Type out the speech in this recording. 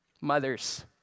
Mothers